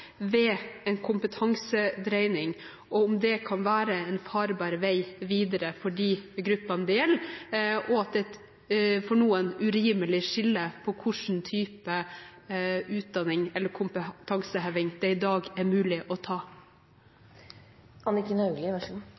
ved en kompetansedreining, at det kan være en farbar vei videre for de gruppene det gjelder, og at det for noen er et urimelig skille mellom hvilke typer utdanning eller kompetanseheving det i dag er mulig å ta.